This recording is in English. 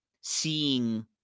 Seeing